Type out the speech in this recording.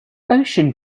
ocean